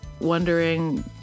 wondering